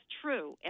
true